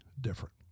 different